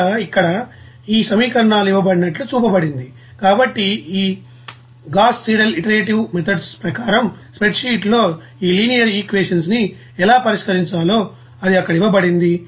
కనుక ఇక్కడ ఈ సమీకరణాలు ఇవ్వబడినట్లు చూపబడింది కాబట్టి ఈ గాస్ సీడెల్ ఇటురటివ్ మేథోడ్స్ప్రకారం స్ప్రెడ్షీట్లో ఈ లినియర్ ఈక్వేషన్ ని ఎలా పరిష్కరించాలో అది అక్కడ ఇవ్వబడింది